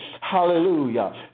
Hallelujah